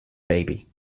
baby